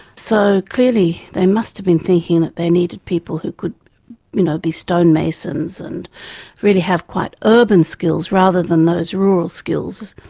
so clearly they must have been thinking that they needed people who could you know be stonemasons and really have quite urban skills rather than those rural skills.